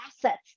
assets